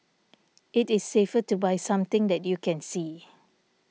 it is safer to buy something that you can see